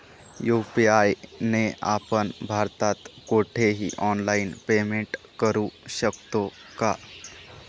UPI ने आपण भारतात कुठेही ऑनलाईन पेमेंट करु शकतो का?